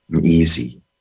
Easy